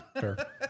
fair